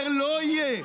יותר לא יהיה.